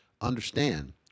Understand